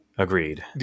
Agreed